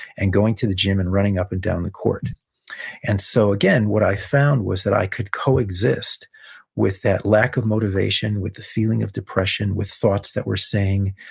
and going to the gym, and running up and down the court and so again, what i found was that i could coexist with that lack of motivation, with the feeling of depression, with thoughts that were saying,